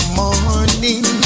morning